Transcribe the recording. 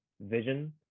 vision